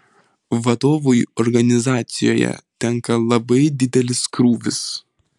vadovui organizacijoje tenka labai didelis krūvis